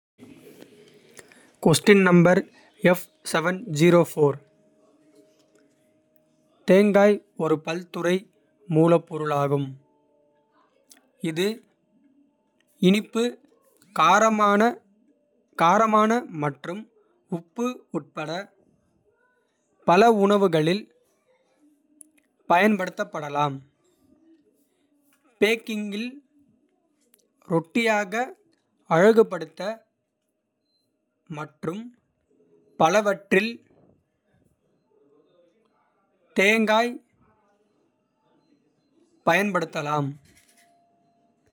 தேங்காய் ஒரு பல்துறை மூலப்பொருளாகும். இது இனிப்பு காரமான காரமான மற்றும். உப்பு உட்பட பல உணவுகளில் பயன்படுத்தப்படலாம். பேக்கிங்கில் ரொட்டியாக அழகுபடுத்த மற்றும். பலவற்றில் தேங்காய் பயன்படுத்தலாம்.